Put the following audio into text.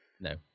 No